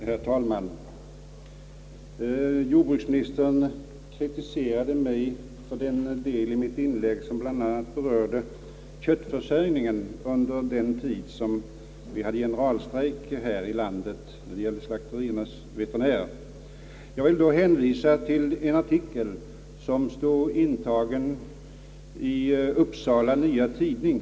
Herr talman! Jordbruksministern kritiserade mig för den del av mitt inlägg som bland annat berörde köttförsörjningen under den tid vi hade generalstrejk här i landet när det gällde slakteriveterinärer, Jag vill då hänvisa till en artikel som står intagen i Upsala Nya Tidning.